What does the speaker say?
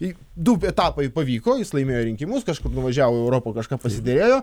du etapai pavyko jis laimėjo rinkimus kažkur nuvažiavo į europą kažką pasiderėjo